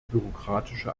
bürokratische